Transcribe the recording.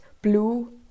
blue